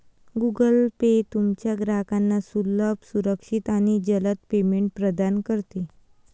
Google Pay तुमच्या ग्राहकांना सुलभ, सुरक्षित आणि जलद पेमेंट प्रदान करते